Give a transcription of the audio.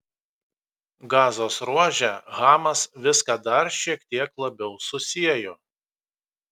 gazos ruože hamas viską dar šiek tiek labiau susiejo